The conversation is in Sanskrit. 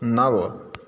नव